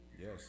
yes